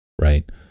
right